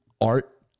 art